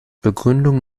begründung